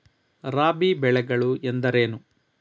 ರಾಬಿ ಬೆಳೆಗಳು ಎಂದರೇನು?